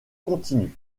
continue